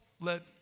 let